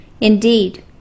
indeed